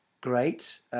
great